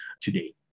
today